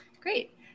Great